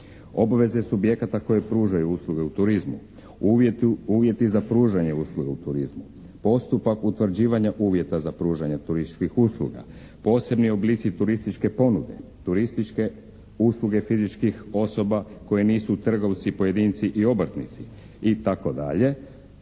obveze subjekata koje pružaju usluge u turizmu, uvjeti za pružanje usluga u turizmu, postupak utvrđivanja uvjeta za pružanja turističkih usluga, posebni oblici turističke ponude. Potpuno se slažem sa gospodinom Dorićem